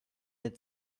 had